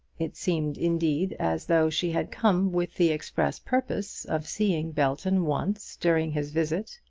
it seemed, indeed, as though she had come with the express purpose of seeing belton once during his visit.